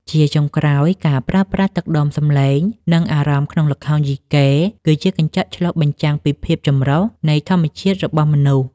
ជាចុងក្រោយ ការប្រើប្រាស់ទឹកដមសំឡេង និងអារម្មណ៍ក្នុងល្ខោនយីកេ គឺជាកញ្ចក់ឆ្លុះបញ្ចាំងពីភាពចម្រុះនៃធម្មជាតិរបស់មនុស្ស។